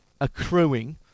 accruing